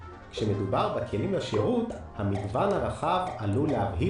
כששאלתי אם כשהילד מגיע הוא לא פונה לילדים